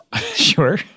Sure